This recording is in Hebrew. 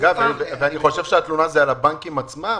אגב, אני חושב שהתלונה היא על הבנקים עצמם.